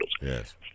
Yes